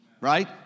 right